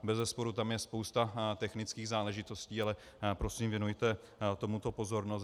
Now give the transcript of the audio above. Bezesporu tam je spousta technických záležitostí, ale prosím, věnujte tomuto pozornost.